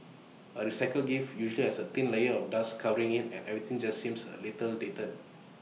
A recycled gift usually has A thin layer of dust covering IT and everything just seems A little dated